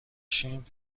شیم